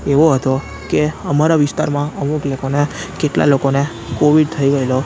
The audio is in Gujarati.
એવો હતો કે અમારા વિસ્તારમાં અમુક લોકોને કેટલા લોકોને કોવિડ થઈ ગયેલો